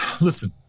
listen